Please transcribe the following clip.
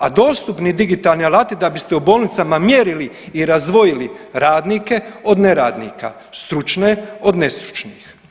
A dostupni digitalni alati da biste u bolnicama mjerili i razdvojili radnike od neradnika, stručne od nestručnih.